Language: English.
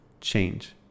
change